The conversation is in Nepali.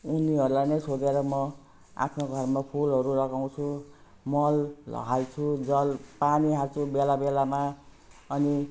उनीहरूलाई नै सोधेर म आफ्नो घरमा फुलहरू लगाउँछु मल हाल्छु जल पानी हाल्छु बेलाबेलामा अनि